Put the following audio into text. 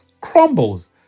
crumbles